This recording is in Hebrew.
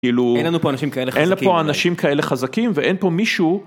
כאילו, אין לנו פה אנשים כאלה חזקים, אין לנו פה אנשים כאלה חזקים, ואין פה מישהו.